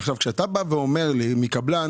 כשאתה בא ואומר לי: "דירה מקבלן"